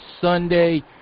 Sunday